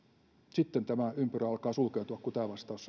sitten tämä ympyrä alkaa sulkeutua kun tämä vastaus